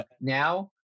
Now